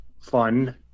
fun